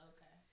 Okay